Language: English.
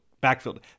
backfield